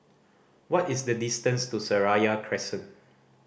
what is the distance to Seraya Crescent